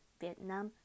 Vietnam